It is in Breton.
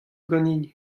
ganin